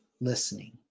listening